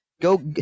go